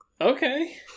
Okay